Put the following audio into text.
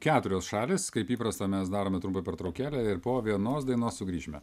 keturios šalys kaip įprasta mes darome turbūt pertraukėlę ir po vienos dainos sugrįšime